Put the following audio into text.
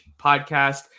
podcast